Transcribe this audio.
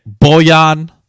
boyan